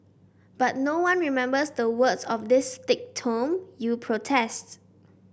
but no one remembers the words of this thick tome you protest